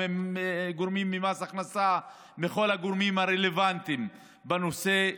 גורמים ממס הכנסה וכל הגורמים הרלוונטיים בנושא.